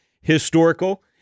historical